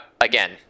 again